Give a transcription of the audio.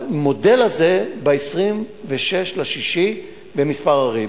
המודל הזה ב-26 ביוני בכמה ערים.